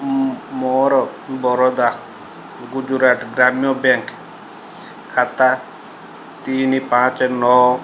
ମୋ ବରୋଦା ଗୁଜୁରାଟ ଗ୍ରାମୀଣ ବ୍ୟାଙ୍କ୍ ଖାତା ତିନି ପାଞ୍ଚ ନଅ